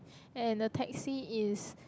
and the Taxi is